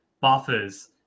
buffers